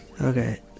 Okay